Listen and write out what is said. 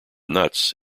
nuts